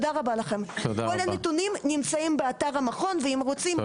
כל הנתונים נמצאים באתר המכון ואם רוצים,